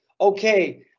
okay